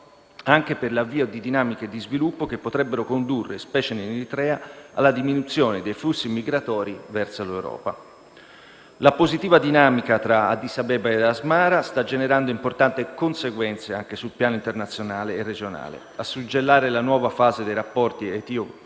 anche per l'avvio di dinamiche di sviluppo che potrebbero condurre, specie in Eritrea, alla diminuzione dei flussi migratori verso l'Europa. La positiva dinamica tra Addis Abeba e Asmara sta generando importanti conseguenze anche sul piano internazionale e regionale. Infatti, a suggellare la nuova fase dei rapporti tra Etiopia